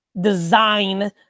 design